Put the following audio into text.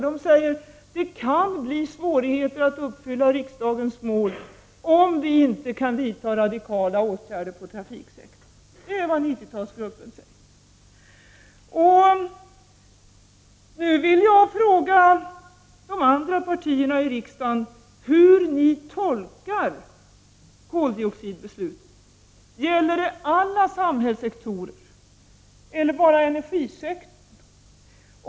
Den säger att det kan bli svårigheter att uppfylla riksdagens mål om vi inte kan vidta radikala åtgärder inom trafiksektorn. Det är vad 90-talsgruppen säger. Nu vill jag fråga de andra partierna i riksdagen hur ni tolkar koldioxidbeslutet. Gäller det alla samhällssektorer eller bara energisektorn?